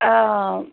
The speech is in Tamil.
ஆ